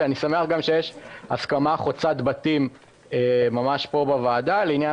ואני שמח גם שיש הסכמה חוצת בתים ממש פה בוועדה לעניין